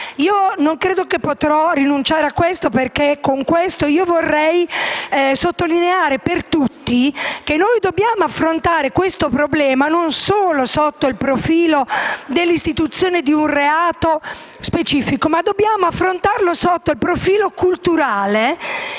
Non credo che potrò rinunciare a questa modifica perché vorrei sottolineare per tutti che noi dobbiamo affrontare questo problema non solo sotto il profilo dell'istituzione di un reato specifico, ma sotto il profilo culturale,